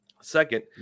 Second